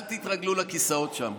אל תתרגלו לכיסאות שם.